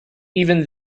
even